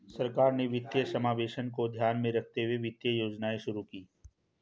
सरकार ने वित्तीय समावेशन को ध्यान में रखते हुए वित्तीय योजनाएं शुरू कीं